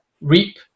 Reap